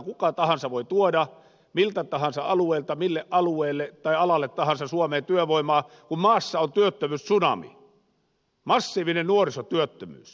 kuka tahansa voi tuoda miltä tahansa alueelta mille alueelle tai alalle tahansa suomeen työvoimaa kun maassa on työttömyystsunami massiivinen nuorisotyöttömyys